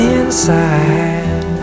inside